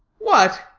what!